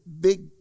big